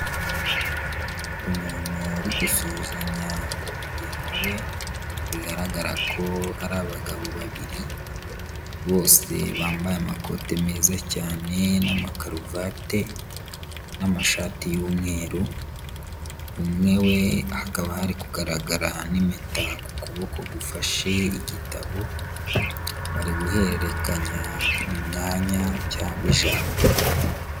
Umuntu uri gusuhuzanya na mugenzi we, bigaragara ko ari abagabo babiri bose bambaye amakoti meza cyane n'amakaruvati n'amashati y'umweru, umwe we hakaba hari kugaragara n'impeta ku kuboko gufashe igitabo, bari guhererekanya umwanya cyangwa ijambo.